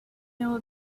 know